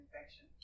infection